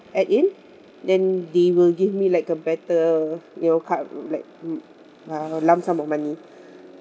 add in then they will give me like a better you know card like mm uh lump sum of money